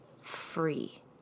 free